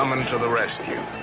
um and to the rescue.